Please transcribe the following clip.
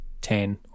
ten